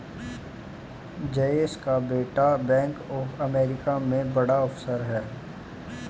जयेश का बेटा bank of America में बड़ा ऑफिसर है